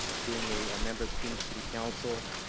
being a member of the phoenix city council,